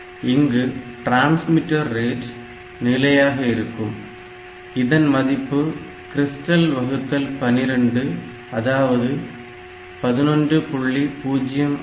இங்கு transmitter rate நிலையாக இருக்கும் இதன் மதிப்பு கிறிஸ்டல் வகுத்தல் 12 அதாவது 11